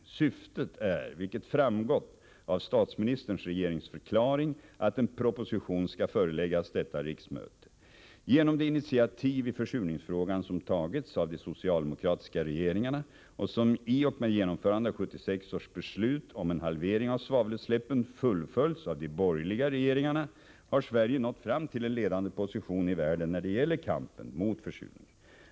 Syftet är, vilket framgått av statsministerns regeringsförklaring, att en proposition skall föreläggas detta riksmöte. Genom de initiativ i försurningsfrågan som tagits av de socialdemokratiska regeringarna och som i och med genomförandet av 1976 års beslut om en halvering av svavelutsläppen fullföljts av de borgerliga regeringarna har Sverige nått fram till en ledande position i världen när det gäller kampen mot försurningen.